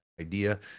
idea